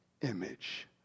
image